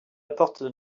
porte